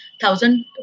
thousand